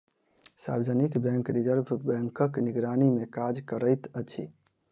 सार्वजनिक bank reserve बैंकक निगरानीमे काज करैत अछि